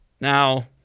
Now